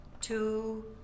two